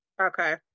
okay